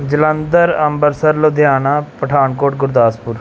Jalandhar Ambarsar Ludhiana Pathankot Gurdaspur